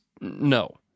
No